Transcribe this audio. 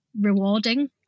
rewarding